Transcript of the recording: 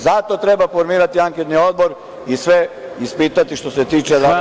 Zato treba formirati anketni odbor i sve ispitati što se tiče Draga Đilasa.